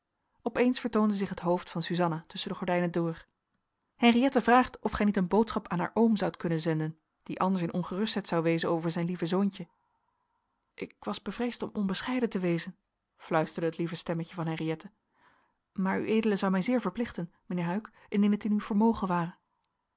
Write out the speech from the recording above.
opeens vertoonde zich net hoofd van suzanna tusschen de gordijnen door henriëtte vraagt of gij niet een boodschap aan haar oom zoudt kunnen zenden die anders in ongerustheid zou wezen over zijn lieve zoontje ik was bevreesd om onbescheiden te wezen fluisterde het lieve stemmetje van henriëtte maar ued zou mij zeer verplichten mijnheer huyck indien het in uw vermogen ware